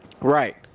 Right